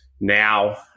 now